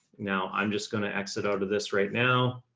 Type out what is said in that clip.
now i'm just going to exit out of this right now,